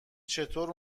چطور